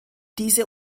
diese